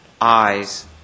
eyes